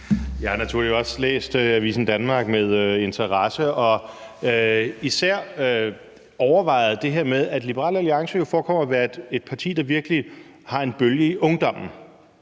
Jeg har naturligvis også læst Avisen Danmark med interesse og især overvejet det her med, at Liberal Alliance jo forekommer at være et parti, der virkelig har en bølge i ungdommen.